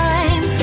Time